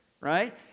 right